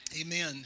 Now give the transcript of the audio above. Amen